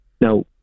Now